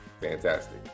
fantastic